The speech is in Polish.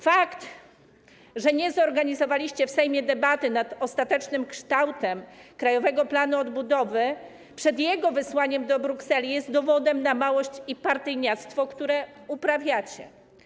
Fakt, że nie zorganizowaliście w Sejmie debaty nad ostatecznym kształtem Krajowego Planu Odbudowy przed jego wysłaniem do Brukseli, jest dowodem na małość i partyjniactwo, które uprawiacie.